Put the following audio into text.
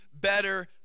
better